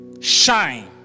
shine